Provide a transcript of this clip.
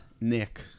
nick